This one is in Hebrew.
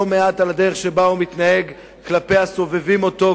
לא מעט על הדרך שבה הוא מתנהג כלפי הסובבים אותו,